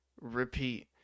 repeat